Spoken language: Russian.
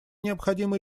необходимы